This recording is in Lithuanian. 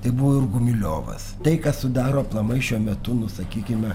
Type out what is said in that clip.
tai buvo ir gumiliovas tai kas sudaro aplamai šiuo metu nu sakykime